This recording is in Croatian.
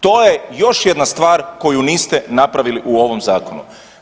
To je još jedna stvar koju niste napravili u ovom zakonu.